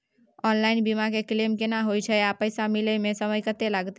Online बीमा के claim केना होय छै आ पैसा मिले म समय केत्ते लगतै?